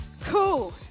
Cool